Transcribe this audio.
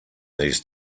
these